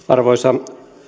arvoisa